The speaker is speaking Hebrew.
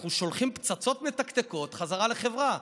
אנחנו שולחים פצצות מתקתקות חזרה לחברה.